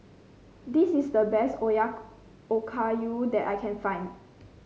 this is the best Okayu that I can find